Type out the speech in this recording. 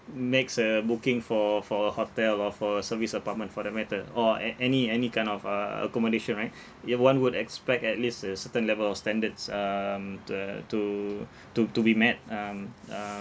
m~ makes a booking for for a hotel or for a service apartment for that matter or a~ any any kind of uh accommodation right ya one would expect at least a certain level of standards um to uh to to to be met um